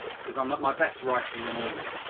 because i'm at my best writing in the morning.